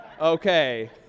Okay